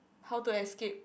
how to escape